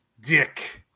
Dick